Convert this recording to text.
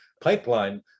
pipeline